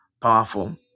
powerful